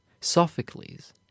sophocles